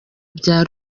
bya